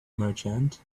merchant